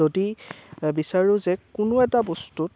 যদি বিচাৰোঁ যে কোনো এটা বস্তুত